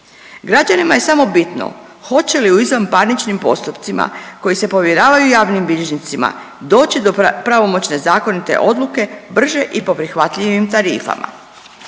Građanima je samo bitno hoće li u izvanparničnim postupcima koji se povjeravaju javnim bilježnicima doći do pravomoćne zakonite odluke brže i po prihvatljivim tarifama.